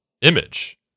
image